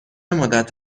مدت